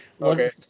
okay